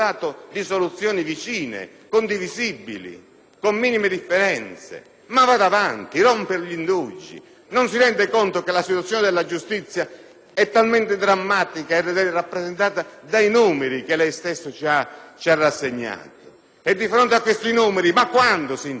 con minime differenze. Ma vada avanti, rompa gli indugi. Non si rende conto che la situazione della giustizia è talmente drammatica ed è rappresentata dai numeri che lei stesso ci ha rassegnato? Di fronte a questi numeri, ma quando si interviene? Cosa dobbiamo aspettare?